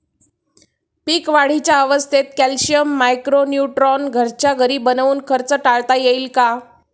पीक वाढीच्या अवस्थेत calcium, micro neutron घरच्या घरी बनवून खर्च टाळता येईल का?